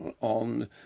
on